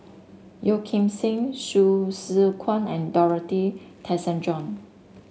Yeo Kim Seng Hsu Tse Kwang and Dorothy Tessensohn